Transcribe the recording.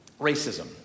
Racism